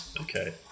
Okay